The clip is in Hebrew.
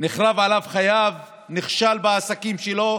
ונחרבו עליו חייו, הוא נכשל בעסקים שלו,